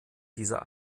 dieser